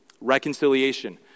Reconciliation